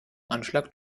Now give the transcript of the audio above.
anschlag